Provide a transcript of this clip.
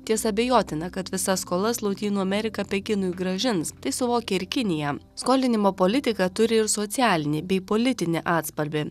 tiesa abejotina kad visas skolas lotynų amerika pekinui grąžins tai suvokia ir kinija skolinimo politika turi ir socialinį bei politinį atspalvį